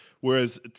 whereas